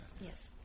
Yes